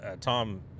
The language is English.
Tom